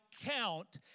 count